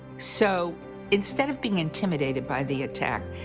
so instead of being intimidated by the attack,